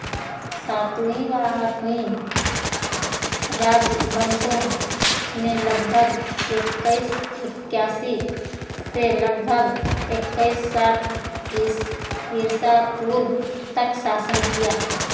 सातवीं और आठवीं राजवंशों ने लगभग इक्कीस इक्यासी से लगभग इक्कीस साठ इस् ईसा पूर्व तक शासन किया